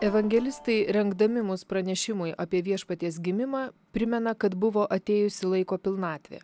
evangelistai rengdami mus pranešimui apie viešpaties gimimą primena kad buvo atėjusi laiko pilnatvė